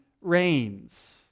reigns